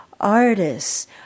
artists